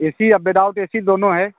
ए C और without A C दोनों हैं